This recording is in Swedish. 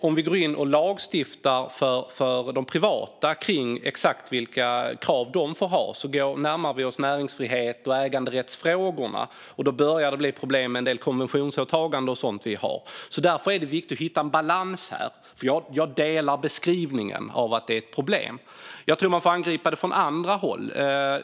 Om vi går in och lagstiftar om vad det privata får ställa för krav närmar vi oss näringsfrihets och äganderättsfrågorna, och då börjar det bli problem med en del av Sveriges konventionsåtaganden med mera. Därför är det viktigt att hitta en balans. Jag delar beskrivningen av att detta är ett problem, men jag tror att man får angripa det från andra håll.